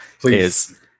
Please